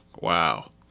Wow